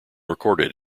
recorded